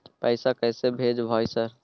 पैसा कैसे भेज भाई सर?